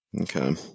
Okay